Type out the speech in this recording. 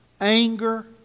anger